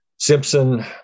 Simpson